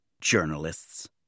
Journalists